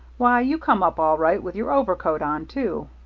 why, you come up all right, with your overcoat on, too.